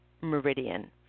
meridian